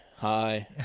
hi